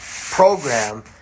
program